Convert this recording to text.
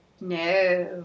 No